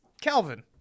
Calvin